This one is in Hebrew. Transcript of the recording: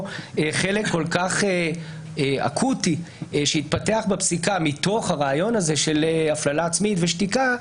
חלק כל כך אקוטי שהתפתח בפסיקה מתוך הרעיון הזה של הפללה עצמית ושתיקה,